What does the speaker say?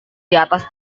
diatas